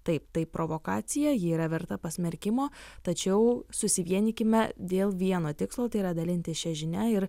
taip tai provokacija ji yra verta pasmerkimo tačiau susivienykime dėl vieno tikslo tai yra dalintis šia žinia ir